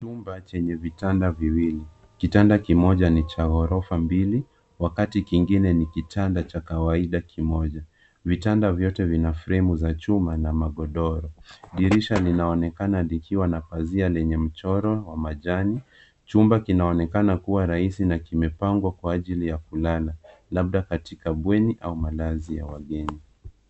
Chumba chenye vitanda viwili. Kitanda kimoja ni cha gorofa mbili, wakati kingine ni kitanda cha kawaida kimoja. Vitanda vyote vina fremu za chuma na magodoro. Dirisha linaonekana likiwa na pazia lenye mchoro wa majani. Chumba kinaonekana kuwa rahisi na kimepangwa kwa ajili ya kulala, labda katika bweni au malazi ya wageni.